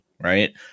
right